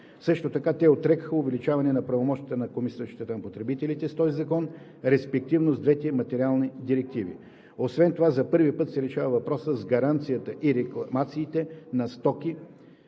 Също така, те отрекоха увеличаване на правомощията на Комисията за защита на потребителите с този закон, респективно с двете материални директиви. Освен това за първи път се решава въпросът с гаранцията и рекламацията на стоки